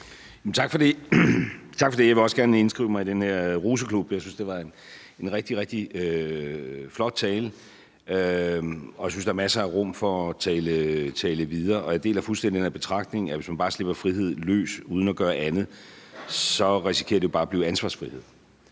Tak for det. Jeg vil også gerne indskrive mig i den her roseklub. Jeg synes, det var en rigtig, rigtig flot tale, og jeg synes, at der er masser af rum for at tale videre. Og jeg deler fuldstændig den betragtning, at hvis man bare slipper friheden løs uden at gøre andet, så risikerer det bare at blive ansvarsfrihed.